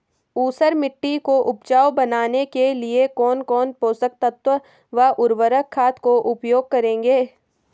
ऊसर मिट्टी को उपजाऊ बनाने के लिए कौन कौन पोषक तत्वों व उर्वरक खाद का उपयोग करेंगे?